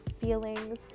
feelings